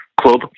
club